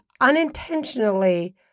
unintentionally